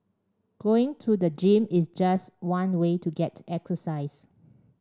going to the gym is just one way to get exercise